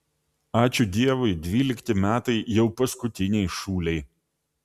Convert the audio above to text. ačiū dievui dvylikti metai jau paskutiniai šūlėj